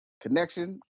Connection